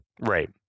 Right